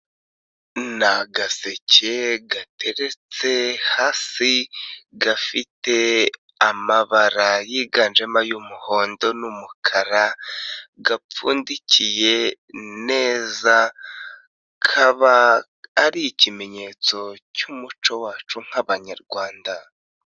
Ni agaseke gateretse hasi gafite amabara yiganjemo y'umuhondo n'umukara, gapfundikiye neza kaba ari ikimenyetso cy'umuco wacu nk'Abanyarwanda.